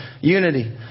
unity